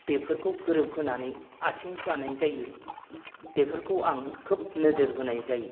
बेफोरखौ गोरोबहोनानै आथिं गानाय जायो बेफोरखौ आं खोब नोजोर होनाय जायो